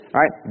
right